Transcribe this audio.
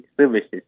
services